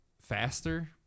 faster